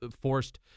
forced